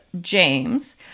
James